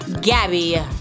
Gabby